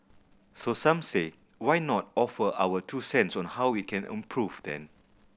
so some say why not offer our two cents on how we can improve then